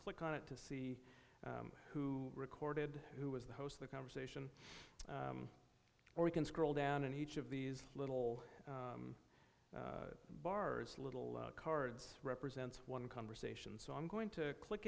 click on it to see who recorded who was the host of the conversation or we can scroll down and each of these little bars little cards represents one conversation so i'm going to click